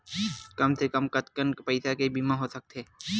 कम से कम कतेकन पईसा के बीमा हो सकथे?